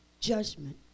judgment